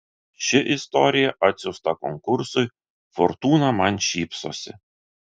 ši istorija atsiųsta konkursui fortūna man šypsosi